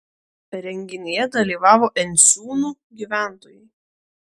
renginyje dalyvavo enciūnų gyventojai